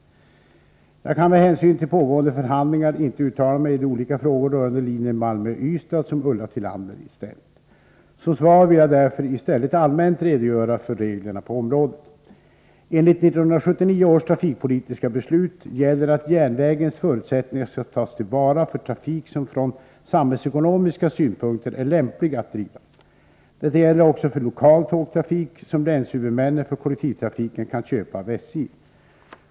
Jag kan med hänsyn till pågående förhandlingar inte uttala mig i de olika frågor rörande linjen Malmö-Ystad som Ulla Tillander ställt. Som svar vill jag därför i stället allmänt redogöra för reglerna på området. Enligt 1979 års trafikpolitiska beslut gäller att järnvägens förutsättningar skall tas till vara för trafik som från samhällsekonomiska synpunkter är lämplig att driva. Detta gäller också för lokal tågtrafik som länshuvudmännen för kollektivtrafiken kan köpa av SJ.